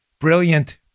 Brilliant